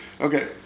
Okay